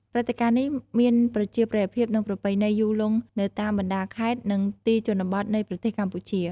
ព្រឹត្តិការណ៍នេះមានប្រជាប្រិយភាព និងប្រពៃណីយូរលង់នៅតាមបណ្តាខេត្ត និងទីជនបទនៃប្រទេសកម្ពុជា។